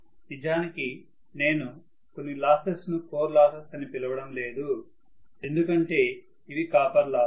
నిజానికి నేను కొన్నిలాసెస్ ను కోర్ లాసెస్ అని పిలవడం లేదు ఎందుకంటే ఇవి కాపర్ లాసెస్